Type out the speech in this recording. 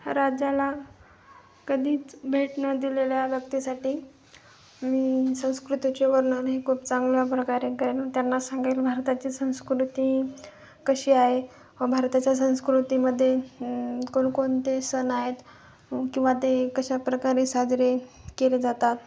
राज्याला कधीच भेट न दिलेल्या व्यक्तीसाठी मी संस्कृतीचे वर्णन हे खूप चांगल्या प्रकारे करेन त्यांना सांगेन भारताची संस्कृती कशी आहेव भारताच्या संस्कृतीमध्ये कोणकोणते सण आहेत किंवा ते कशा प्रकारे साजरे केले जातात